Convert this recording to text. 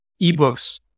ebooks